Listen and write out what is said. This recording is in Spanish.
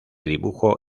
dibujo